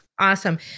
Awesome